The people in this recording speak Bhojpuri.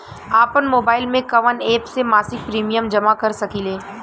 आपनमोबाइल में कवन एप से मासिक प्रिमियम जमा कर सकिले?